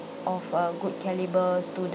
of a good calibre student